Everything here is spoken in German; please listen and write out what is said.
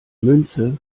münze